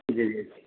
جی جی